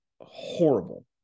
horrible